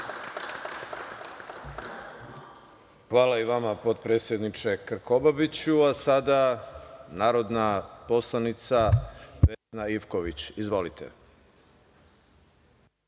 Hvala i vama potpredsedniče Krkobabiću. Reč ima narodna poslanica Vesna Ivković. Izvolite.